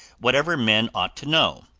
whatever men ought to know,